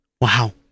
Wow